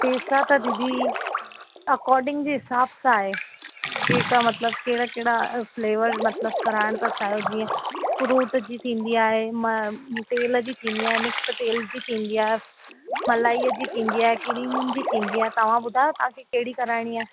पेसा त दीदी अकॉर्डिंग जे हिसाब सां आहे जेका मतिलब कहिड़ा कहिड़ा फ्लेवर मतिलब कराइण थ चाहियो जीअं फुरूट जी थींदी आहे म तेल जी थींदी आहे मिक्स तेल जी थींदी आहे मलाईअ जी थींदी आहे किरीमुन जी थींदी आहे तव्हां ॿुधायो तव्हांखे कहिड़ी कराइणी आहे